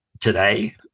Today